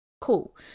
Cool